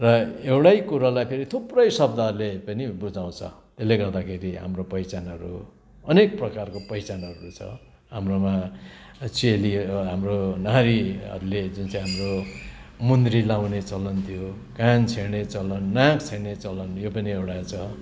र एउटै कुरोलाई फेरि थुप्रै शब्दहरूले पनि बुझाउँछ त्यसले गर्दाखेरि हाम्रो पहिचानहरू अनेक प्रकारको पहिचानहरू छ हाम्रोमा चेली हाम्रो नारीहरूले जुन चाहिँ हाम्रो मुन्द्री लाउने चलन थियो कान छेँड्ने चलन नाक छेँड्ने चलन यो पनि एउटा छ